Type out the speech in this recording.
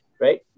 right